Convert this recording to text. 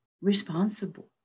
responsible